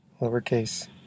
lowercase